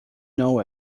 know